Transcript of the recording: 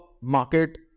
market